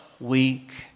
weak